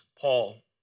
Paul